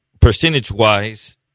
percentage-wise